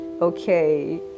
okay